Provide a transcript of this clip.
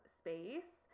space